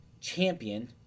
champion